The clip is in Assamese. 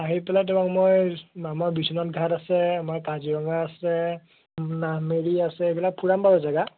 আহি পেলাই তোমাক মই আমাৰ বিশ্বনাথ ঘাট আছে আমাৰ কাজিৰঙা আছে নামেৰি আছে এইবিলাক ফুৰাম বাৰু জেগা